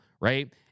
right